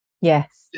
Yes